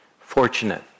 Fortunate